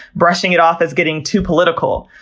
brushing it off as getting too political,